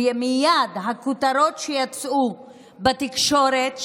ומייד הכותרות שיצאו בתקשורת,